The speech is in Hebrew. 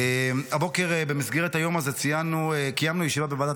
הבוקר במסגרת היום הזה קיימנו ישיבה בוועדת